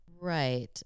Right